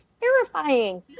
terrifying